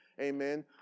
Amen